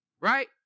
right